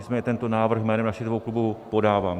Nicméně tento návrh jménem našich dvou klubů podávám.